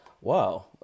wow